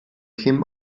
him